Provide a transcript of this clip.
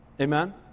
amen